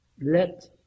let